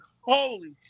Holy